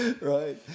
Right